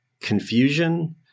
confusion